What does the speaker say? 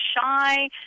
shy